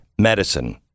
medicine